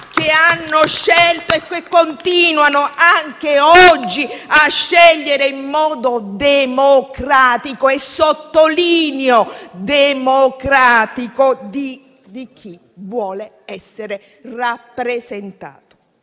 che hanno scelto e che continuano anche oggi a scegliere in modo democratico - e sottolineo democratico - da chi vogliono essere rappresentati.